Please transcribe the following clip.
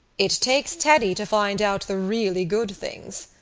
it takes teddy to find out the really good things,